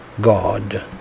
God